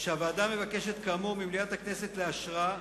שהוועדה מבקשת כאמור ממליאת הכנסת לאשרה,